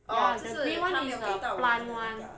ya the green [one] is the plant [one]